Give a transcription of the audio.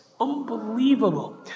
Unbelievable